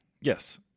Yes